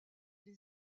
les